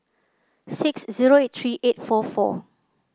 six zero eight three eight four four